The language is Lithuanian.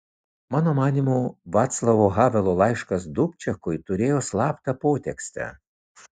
mano manymu vaclavo havelo laiškas dubčekui turėjo slaptą potekstę